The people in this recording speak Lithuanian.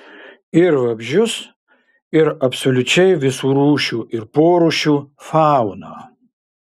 ir vabzdžius ir absoliučiai visų rūšių ir porūšių fauną